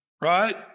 right